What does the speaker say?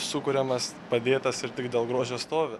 sukuriamas padėtas ir tik dėl grožio stovi